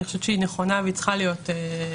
אני חושבת שהיא נכונה והיא צריכה להיות רחבה,